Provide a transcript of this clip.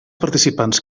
participants